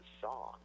song